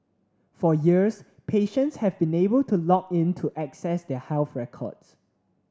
for years patients have been able to log in to access their health records